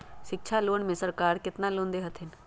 शिक्षा लोन में सरकार केतना लोन दे हथिन?